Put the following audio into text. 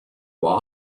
what